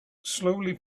slowly